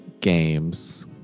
games